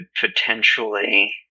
potentially